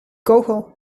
kogel